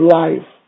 life